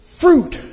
Fruit